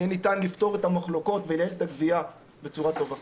יהיה ניתן לפתור את המחלוקות ולנהל את הגבייה בצורה טובה.